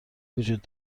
وجود